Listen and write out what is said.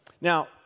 Now